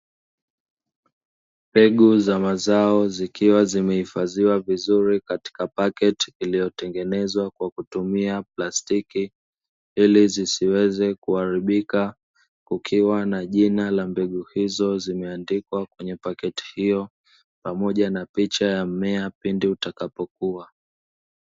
Mbegu za mazao zikiwa zimehifadhiwa vizuri, katika paketi iliyotengenezwa kwa kutumia plastiki. Ili zisiweze kuharibika, kukiwa na jina la mbegu hizo zimeandikwa kwenye paketi hilo. Pamoja na picha ya mmea, pindi utakapokua.